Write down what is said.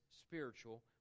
spiritual